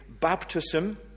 baptism